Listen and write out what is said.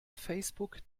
facebook